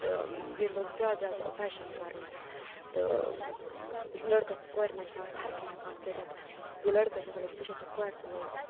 تہٕ ییٚتہِ لوٚگ زیادٕ زیادٕ فیشن کرُن تہِ لٔڑکس تہٕ کورِ منٛز چھنہٕ از فرقٕے ہیٚکان کٔرِتھ یہِ لٔڈِکس چھِ آسان تہِ چھِ آسان کورِ تہِ لٲگِتھ ونٛکیٚن